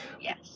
Yes